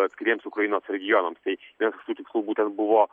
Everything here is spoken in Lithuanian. atskiriems ukrainos regionams tai vienas iš tų tikslų būtent buvo